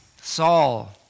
Saul